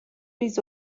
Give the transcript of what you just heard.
ریز